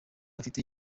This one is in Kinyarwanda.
afite